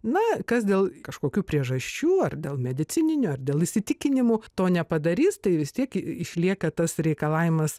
na kas dėl kažkokių priežasčių ar dėl medicininių ar dėl įsitikinimų to nepadarys tai vis tiek išlieka tas reikalavimas